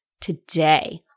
today